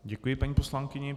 Děkuji paní poslankyni.